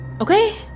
okay